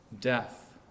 death